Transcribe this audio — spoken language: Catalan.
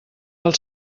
del